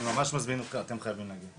אתם ממש חייבים להגיע,